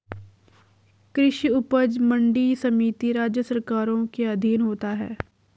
कृषि उपज मंडी समिति राज्य सरकारों के अधीन होता है